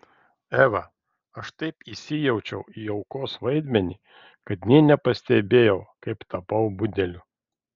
eva aš taip įsijaučiau į aukos vaidmenį kad nė nepastebėjau kaip tapau budeliu